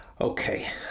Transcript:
Okay